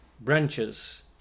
branches